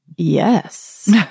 Yes